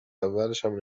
اولشم